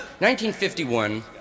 1951